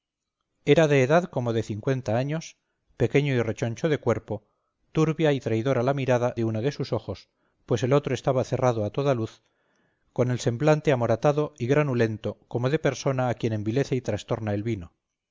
era de edad como de cincuenta años pequeño y rechoncho de cuerpo turbia y traidora la mirada de uno de sus ojos pues el otro estaba cerrado a toda luz con el semblante amoratado y granulento como de persona a quien envilece y trastorna el vino